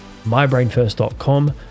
mybrainfirst.com